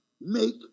make